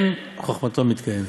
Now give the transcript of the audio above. אין חוכמתו מתקיימת."